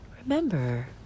remember